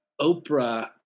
Oprah